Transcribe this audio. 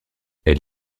elle